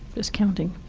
just counting.